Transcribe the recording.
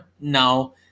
no